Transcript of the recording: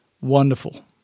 wonderful